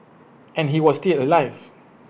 and he was still alive